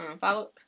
follow